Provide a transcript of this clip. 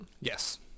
Yes